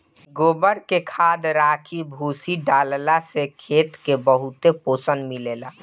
गोबर के खाद, राखी, भूसी डालला से खेत के बहुते पोषण मिलेला